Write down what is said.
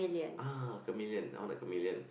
ah chameleon I want a chameleon